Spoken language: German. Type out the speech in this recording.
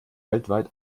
weltweit